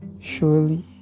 Surely